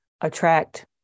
attract